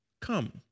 come